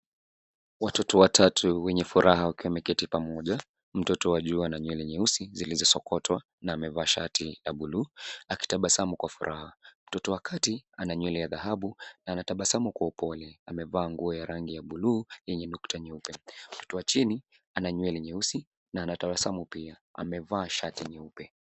Watoto watatu wenye furaha wakiwa wameketi pamoja. Mtoto wa juu ana nywele nyeusi zilizosokotwa na amevaa shati ya blue akitabasamu kwa furaha. Mtoto wa kati ana nywele ya dhahabu na anatabsamu kwa upole. Amevaa nguo ya rangi ya blue yenye nukta nyeupe. Mtoto wa chini ana nywele nyeusi na ana tabasamu pia. Amevaa shati nyeupe.